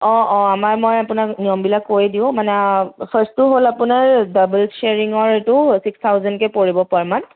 অঁ অঁ আমাৰ মই আপোনাক নিয়মবিলাক কৈ দিওঁ মানে ফাৰ্ষ্টটো হ'ল আপোনাৰ ডাবল চেয়াৰিঙৰ এইটো ছিক্স থাউজেণ্ডকৈ পৰিব পাৰ মান্থ